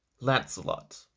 Lancelot